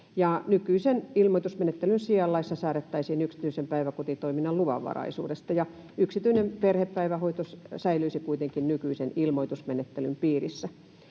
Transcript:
nykyisen ilmoitusmenettelyn sijaan laissa säädettäisiin yksityisen päiväkotitoiminnan luvanvaraisuudesta. Yksityinen perhepäivähoito säilyisi kuitenkin nykyisen ilmoitusmenettelyn piirissä.